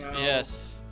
Yes